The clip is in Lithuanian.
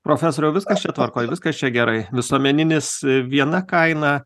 profesoriau viskas čia tvarkoj viskas čia gerai visuomeninis viena kaina